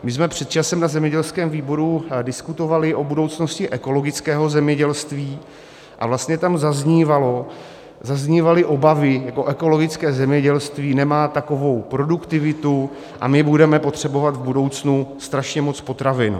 My jsme před časem na zemědělském výboru diskutovali o budoucnosti ekologického zemědělství a tam zaznívaly obavy, že ekologické zemědělství nemá takovou produktivitu a my budeme potřebovat v budoucnu strašně moc potravin.